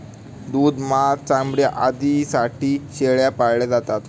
दूध, मांस, चामडे आदींसाठी शेळ्या पाळल्या जातात